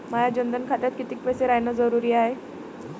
माया जनधन खात्यात कितीक पैसे रायन जरुरी हाय?